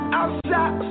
outside